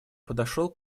подошел